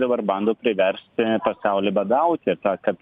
dabar bando priverst pasaulį badauti ir tą kad